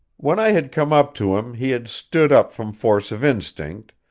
when i had come up to him he had stood up from force of instinct,